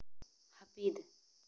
ᱦᱟᱹᱯᱤᱫ